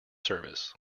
service